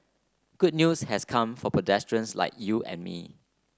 good news has come for pedestrians like you and me